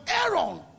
Aaron